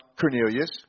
Cornelius